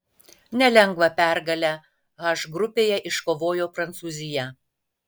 nelengvą pergalę h grupėje iškovojo prancūzija